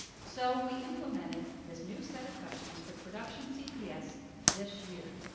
so we implemented this new set of questions for the production cps this year.